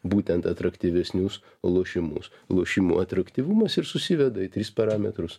būtent atraktyvesnius lošimus lošimų atraktyvumas ir susiveda į tris parametrus